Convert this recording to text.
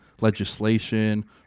legislation